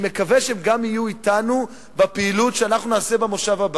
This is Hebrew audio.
אני מקווה שהם גם יהיו אתנו בפעילות שאנחנו נעשה במושב הבא,